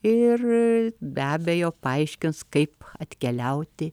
ir be abejo paaiškins kaip atkeliauti